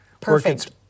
Perfect